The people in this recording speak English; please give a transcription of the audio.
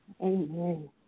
Amen